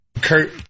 Kurt